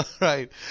Right